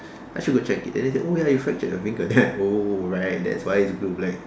I should go check it and then they say oh ya you fractured your finger then I like oh right that's why it's blue black